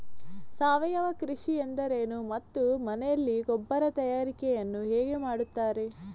ಸಾವಯವ ಕೃಷಿ ಎಂದರೇನು ಮತ್ತು ಮನೆಯಲ್ಲಿ ಗೊಬ್ಬರ ತಯಾರಿಕೆ ಯನ್ನು ಹೇಗೆ ಮಾಡುತ್ತಾರೆ?